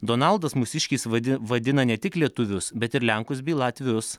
donaldas mūsiškiais vadi vadina ne tik lietuvius bet ir lenkus bei latvius